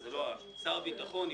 שניתנה משיקולים